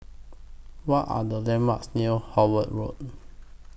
What Are The landmarks near Howard Road